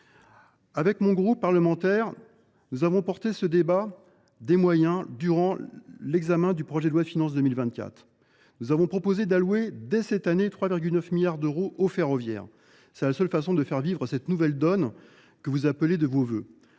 avec ? Le groupe CRCE K a porté ce débat sur les moyens durant l’examen du projet de loi de finances pour 2024. Il a proposé d’allouer, dès cette année, 3,9 milliards d’euros au ferroviaire : c’est la seule façon de faire vivre cette nouvelle donne que vous appelez de vos vœux.